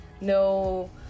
No